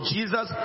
Jesus